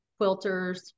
quilters